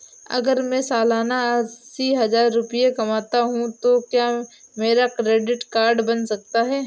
अगर मैं सालाना अस्सी हज़ार रुपये कमाता हूं तो क्या मेरा क्रेडिट कार्ड बन सकता है?